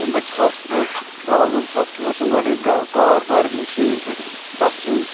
تمہِ پَتہٕ چھِ ہاسپِٹَلچ پرابلم ہوسپٹَلس چھ نہٕ گۄڈنیٚتھ کار پارکِنٛگ چھَیی نہٕ تتھ تتھ چھنہٕ